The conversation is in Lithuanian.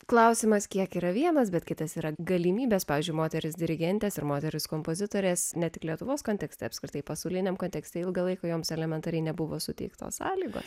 klausimas kiek yra vienas bet kitas yra galimybės pavyzdžiui moterys dirigentės ir moterys kompozitorės ne tik lietuvos kontekste apskritai pasauliniame kontekste ilgą laiką joms elementariai nebuvo suteiktos sąlygos